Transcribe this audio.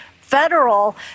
federal